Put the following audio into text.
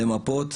למפות,